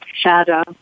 shadow